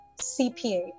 CPA